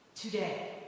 today